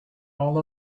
all